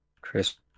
Chris